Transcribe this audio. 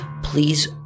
Please